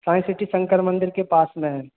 Sai city Shankar मंदिर के पास में है